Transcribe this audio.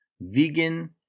Vegan